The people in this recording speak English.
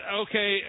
okay